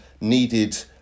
needed